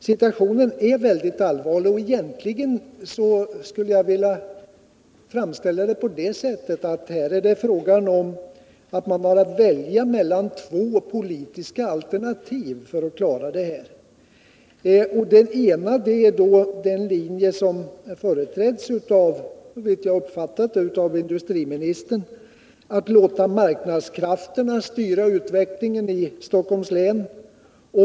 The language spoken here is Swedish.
Situationen är väldigt allvarlig, och egentligen skulle jag vilja framställa det på det sättet, att här har man att välja mellan två politiska alternativ för att klara detta. Det ena alternativet är den linje som företräds av industriministern, nämligen att låta marknadskrafterna styra utvecklingen i Stockholms län.